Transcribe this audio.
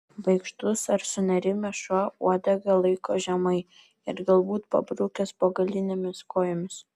baikštus ar sunerimęs šuo uodegą laiko žemai ir galbūt pabrukęs po galinėmis kojomis